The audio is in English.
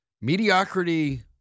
Mediocrity